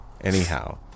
anyhow